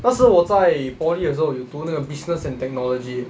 那时我在 poly 的时候有读那个 business and technology eh